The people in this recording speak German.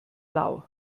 lau